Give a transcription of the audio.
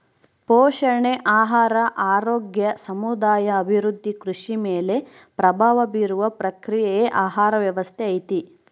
ಪೋಷಣೆ ಆಹಾರ ಆರೋಗ್ಯ ಸಮುದಾಯ ಅಭಿವೃದ್ಧಿ ಕೃಷಿ ಮೇಲೆ ಪ್ರಭಾವ ಬೀರುವ ಪ್ರಕ್ರಿಯೆಯೇ ಆಹಾರ ವ್ಯವಸ್ಥೆ ಐತಿ